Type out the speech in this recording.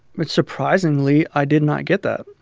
but surprisingly, i did not get that.